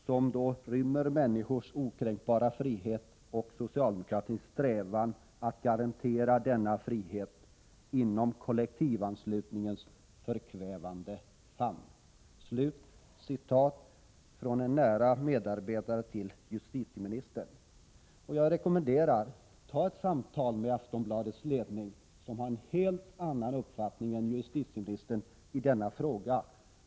Hur ryms individens okränkbara frihet och socialdemokratins strävan att -—— garantera denna frihet, inom kollektivanslutningens förkvävande famn?” Jag rekommenderar justitieministern att ta ett samtal med Aftonbladets ledning, som har en helt annan uppfattning än justitieministern i denna fråga.